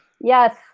yes